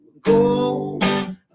go